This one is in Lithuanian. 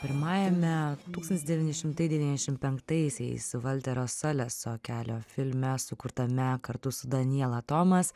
pirmajame tūkstantis devyni šimtai devyniasdešimt penktaisiais valterio saleso kelio filme sukurtame kartu su daniela tomas